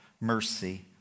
mercy